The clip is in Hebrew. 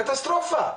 קטסטרופה.